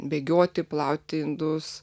bėgioti plauti indus